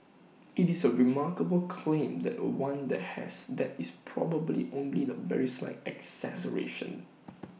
IT is A remarkable claim that one that has that is probably only the very slight exaggeration